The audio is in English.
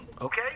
okay